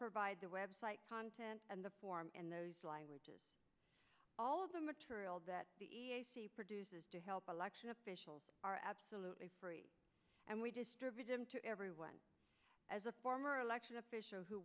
provide the website content and the form in those languages all of the material that produces to help election officials are absolutely free and we distribute them to everyone as a former elected official who